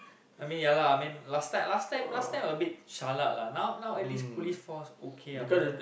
I mean ya lah I mean last time last time last time a bit jialat lah now now at least Police Force okay ah better